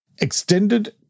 Extended